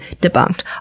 debunked